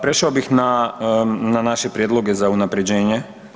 Prešao bih na naše prijedloge za unaprjeđenje.